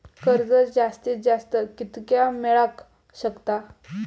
कर्ज जास्तीत जास्त कितक्या मेळाक शकता?